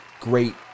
great